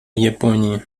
японии